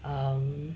um